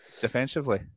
defensively